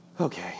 Okay